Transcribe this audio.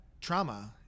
trauma